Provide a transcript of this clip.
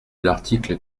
l’article